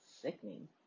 sickening